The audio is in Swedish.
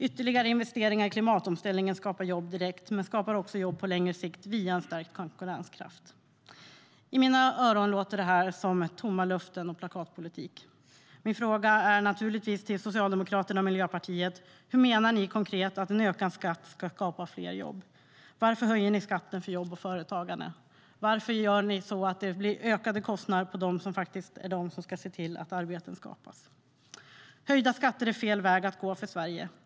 Ytterligare investeringar i klimatomställningen skapar jobb direkt men skapar också jobb på längre sikt via en stärkt konkurrenskraft. "I mina öron låter detta som tomma löften och plakatpolitik. Min fråga till Socialdemokraterna och Miljöpartiet är: Hur menar ni konkret att ökad skatt skapar fler jobb? Varför höjer ni skatten för jobb och företagande? Varför gör ni så att det blir ökade kostnader för dem som ska se till att arbeten skapas? Höjda skatter är fel väg att gå för Sverige.